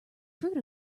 fruit